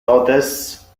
totes